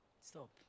Stop